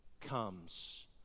comes